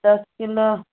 दश किलो